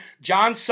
John